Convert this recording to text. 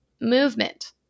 movement